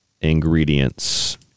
ingredients